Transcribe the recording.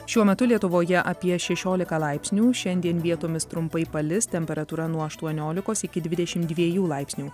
šiuo metu lietuvoje apie šešiolika laipsnių šiandien vietomis trumpai palis temperatūra nuo aštuoniolikos iki dvidešim dviejų laipsnių